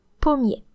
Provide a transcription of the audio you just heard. pommier